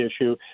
issue